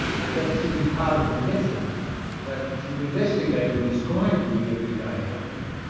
but that's simply part of the method that you investigate and describe the everyday outlook.